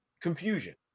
confusion